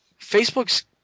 Facebook's